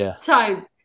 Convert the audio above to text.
time